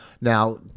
Now